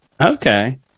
Okay